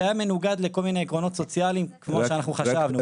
שהיה מנוגד לכל מיני עקרונות סוציאליים כמו שאנחנו חשבנו.